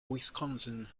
wisconsin